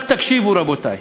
רק תקשיבו, רבותי,